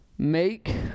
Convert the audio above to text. make